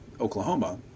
Oklahoma